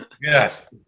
Yes